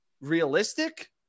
realistic